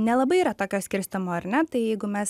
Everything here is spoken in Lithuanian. nelabai yra tokio skirstymo ar ne tai jeigu mes